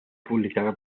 publicada